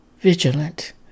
vigilant